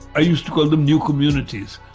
i used to call them new communities.